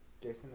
Jason